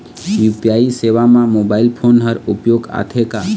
UPI सेवा म mobile phone हर उपयोग आथे का?